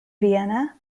vienna